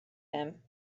him